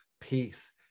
peace